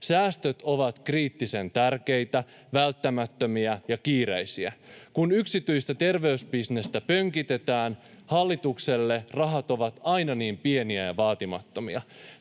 säästöt ovat kriittisen tärkeitä, välttämättömiä ja kiireisiä. Kun yksityistä terveysbisnestä pönkitetään, hallitukselle rahat ovat aina niin pieniä ja vaatimattomia.